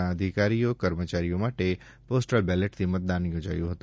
ના અધિકારી કર્મચારીઓ માટે પોસ્ટલ બેલેટથી મતદાન યોજાયું છે